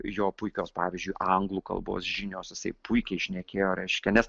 jo puikios pavyzdžiui anglų kalbos žinios jisai puikiai šnekėjo reiškia nes